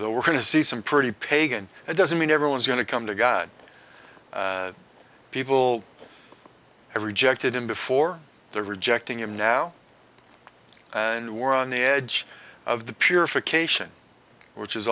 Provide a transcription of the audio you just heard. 're going to see some pretty pagan doesn't mean everyone's going to come to god people have rejected him before they're rejecting him now and we're on the edge of the purification which is